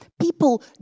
People